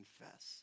confess